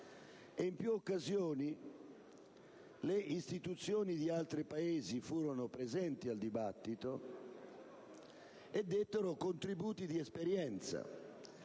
rappresentanti delle istituzioni di altri Paesi furono presenti al dibattito e dettero contributi di esperienza: